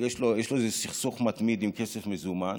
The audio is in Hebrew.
יש לו איזה סכסוך מתמיד עם כסף מזומן,